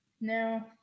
No